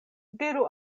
diru